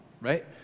right